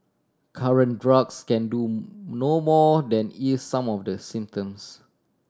current drugs can do no more than ease some of the symptoms